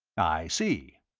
i see.